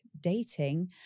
dating